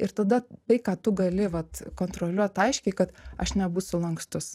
ir tada tai ką tu gali vat kontroliuot aiškiai kad aš nebūsiu lankstus